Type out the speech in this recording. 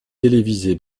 télévisées